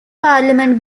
parliament